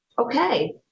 Okay